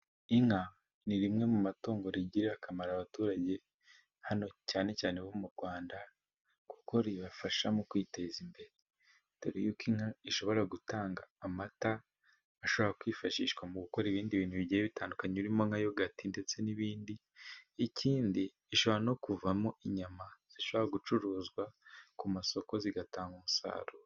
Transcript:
Inka ni rimwe mu matungo rigirira akamaro abaturage hano, cyane cyane bo mu Rwanda. Kuko ribafasha mu kwiteza imbere. Dore yuko inka ishobora gutanga amata, ashobora kwifashishwa mu gukora ibindi bintu bigenda bitandukanye, birimo nka yogati ndetse n'ibindi. Ikindi ishobora no kuvamo inyama zishobora gucuruzwa, ku masoko zigatanga umusaruro.